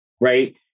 Right